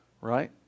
right